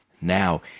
now